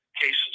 cases